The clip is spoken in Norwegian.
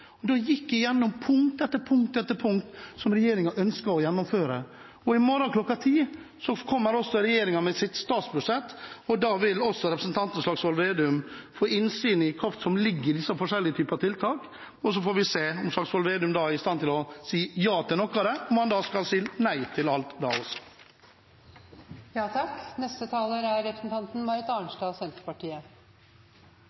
Da gikk jeg igjennom punkt etter punkt det som regjeringen ønsker å gjennomføre. Og i morgen kl. 10 kommer regjeringen med sitt statsbudsjett. Da vil også representanten Slagsvold Vedum få innsyn i hva som ligger av forskjellige tiltak, og så får vi se om Slagsvold Vedum da er i stand til å si ja til noe av det, eller om han skal si nei til alt da også. Senterpartiet kan forsikre representanten Hoksrud om at vi har lest Varden nøye. Det som står i Varden, er faktisk at representanten